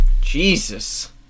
Jesus